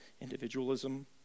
Individualism